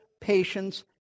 patience